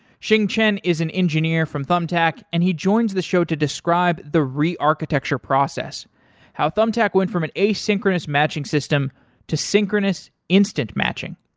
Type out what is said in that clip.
xing chen is an engineer from thumbtack and he joins the show to describe the re-architecture process how thumbtack went from an asynchronous matching system to synchronous instant matching.